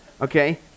okay